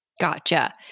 Gotcha